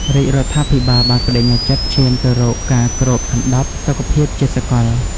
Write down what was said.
រាជរដ្ឋាភិបាលបានប្តេជ្ញាចិត្តឈានទៅរកការគ្របដណ្ដប់សុខភាពជាសកល។